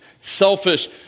selfish